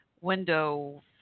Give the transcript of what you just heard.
window